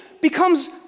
becomes